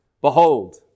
Behold